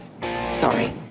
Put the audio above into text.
Sorry